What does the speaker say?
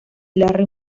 larry